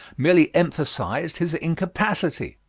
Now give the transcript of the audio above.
merely emphasized his incapacity.